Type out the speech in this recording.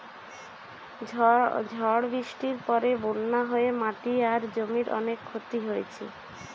ঝড় বৃষ্টির পরে বন্যা হয়ে মাটি আর জমির অনেক ক্ষতি হইছে